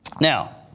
Now